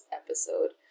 episode